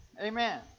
Amen